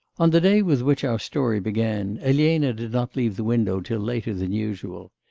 on the day with which our story began, elena did not leave the window till later than usual.